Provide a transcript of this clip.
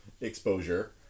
exposure